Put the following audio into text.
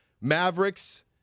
Mavericks